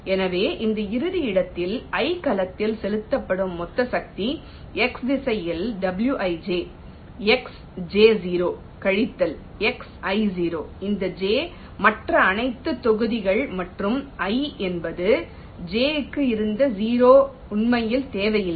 எனவே இந்த இறுதி இடத்தில் i கலத்தில் செலுத்தப்படும் மொத்த சக்தி x திசையில் wij xj0 கழித்தல் xi0 இந்த j மற்ற அனைத்து தொகுதிகள் மற்றும் i என்பது j க்கு இந்த 0 உண்மையில் தேவையில்லை